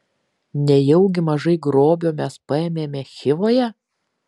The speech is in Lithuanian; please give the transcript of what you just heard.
nejaugi mažai grobio mes paėmėme chivoje